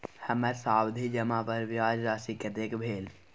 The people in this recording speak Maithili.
हमर सावधि जमा पर ब्याज राशि कतेक भेल?